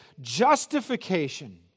justification